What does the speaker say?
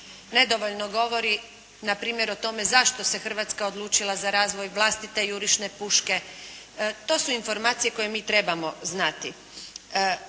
nedovoljno govori npr. o tome zašto se Hrvatska odlučila za razvoj vlastite jurišne puške. To su informacije koje mi trebamo znati.